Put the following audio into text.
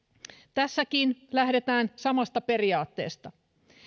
tässäkin lähdetään samasta periaatteesta